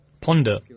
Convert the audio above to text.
Ponder